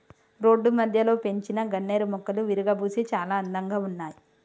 road మధ్యలో పెంచిన గన్నేరు మొక్కలు విరగబూసి చాలా అందంగా ఉన్నాయి